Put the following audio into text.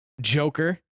Joker